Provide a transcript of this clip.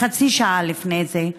חצי שעה לפני זה,